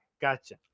Gotcha